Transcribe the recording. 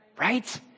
Right